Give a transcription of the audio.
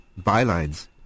bylines